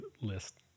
list